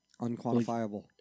Unquantifiable